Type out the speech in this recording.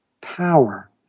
power